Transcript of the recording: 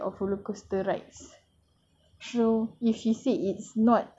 so if she said it's not scary means it's not scary